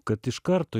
kad iš karto